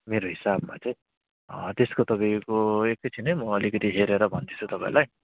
मेरो हिसाबमा चाहिँ त्यसको तपाईँको एकछिन है म अलिकति हेरेर भन्छु तपाईँलाई